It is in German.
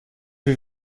wir